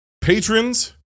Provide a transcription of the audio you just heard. Patrons